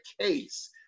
case